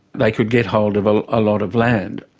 they could get hold of a ah lot of land.